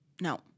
No